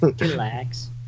Relax